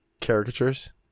Caricatures